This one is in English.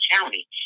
County